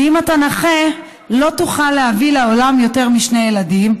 שאם אתה נכה לא תוכל להביא לעולם יותר משני ילדים,